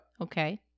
Okay